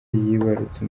yibarutse